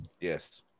Yes